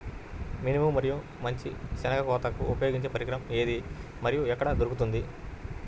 మినుము మరియు మంచి శెనగ కోతకు ఉపయోగించే పరికరం ఏది మరియు ఎక్కడ దొరుకుతుంది?